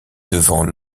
devant